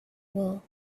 wool